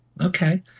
Okay